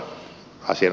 tämä asia